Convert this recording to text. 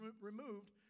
removed